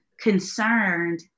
Concerned